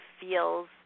feels